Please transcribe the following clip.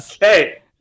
Hey